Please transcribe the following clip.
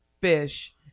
fish